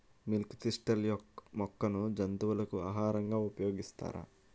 Milk thistle మొక్కను జంతువులకు ఆహారంగా ఉపయోగిస్తారా?